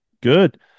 Good